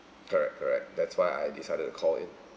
correct correct that's why I decided to call in